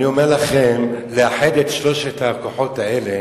אומר לכם, לאחד את שלושת הכוחות האלה